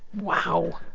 wow.